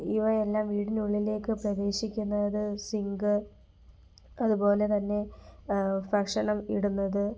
ഇവയെല്ലാം വീടിനുള്ളിലേക്ക് പ്രവേശിക്കുന്നാത് സിങ്ക് അതുപോലെതന്നെ ഭക്ഷണം ഇടുന്നത്